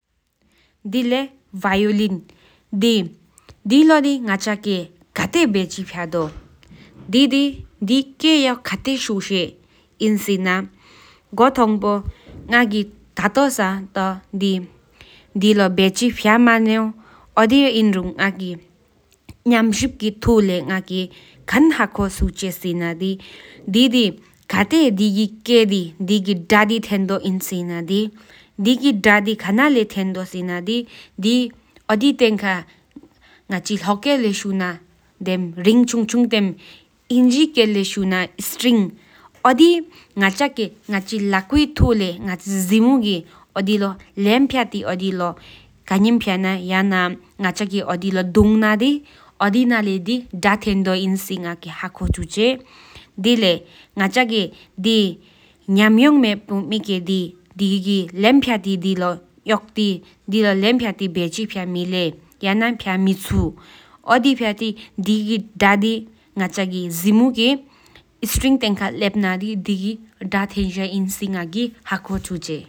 དེདུ་ཡི་བལིདཀ དེལོ དེི་ང་བཞི་གི་ཁ་ཚིདེདེི་དེ་གི་མ་ཡང་ཨད ཡང་ཨདེི་སོ་བལྟདདེ་སོ་ཐལ། དེགི་ཀ་ཡཱལ སོ་བལྟད་དེ་ཁཚའུ་བོ་གོ། ཡའ་ང་མ་ཁྱེད་གཞོང་ཏ་དེེབ། ཤུསདེ་རཬལཿད་རཹ་དེ་ཀ་ཡཱལ། དི་ཁའད་དེ་ཚི་དེ་ན་ན་ཡཝ་ཁའ་ུ་ཡི་མ་ཀ་ཡཝ་ཚི་ནང་ལེི་ཁའུ་རའུ་དེ༼། ཨདོན་སོ་རཹ་ཁ་སང་། ཁཚརང། བཞེ་བ ཏ་གོན་ཧ མ་རེི་ཁ་ནངམྐ། ནཿམ་ཁེང།